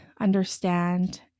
understand